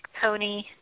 pony